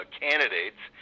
candidates